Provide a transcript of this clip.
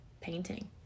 painting